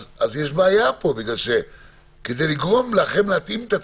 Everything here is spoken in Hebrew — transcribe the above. אז יש בעיה פה כי כדי לגרום לכם להתאים את עצמכם,